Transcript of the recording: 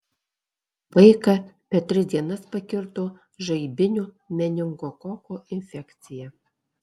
vaiką per tris dienas pakirto žaibinio meningokoko infekcija